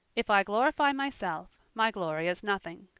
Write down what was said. if i glorify myself, my glory is nothing.